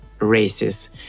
races